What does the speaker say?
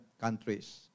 countries